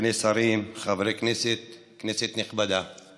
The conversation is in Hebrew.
סגני שרים, חברי כנסת, כנסת נכבדה,